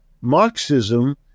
Marxism